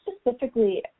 specifically